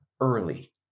early